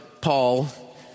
Paul